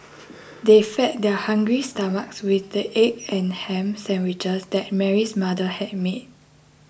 they fed their hungry stomachs with the egg and ham sandwiches that Mary's mother had made